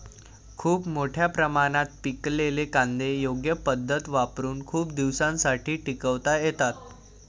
खूप मोठ्या प्रमाणात पिकलेले कांदे योग्य पद्धत वापरुन खूप दिवसांसाठी टिकवता येतात